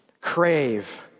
Crave